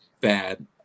bad